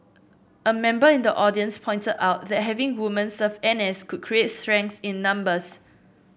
a member in the audience pointed out that having women serve N S could create strength in numbers